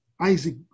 Isaac